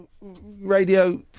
radio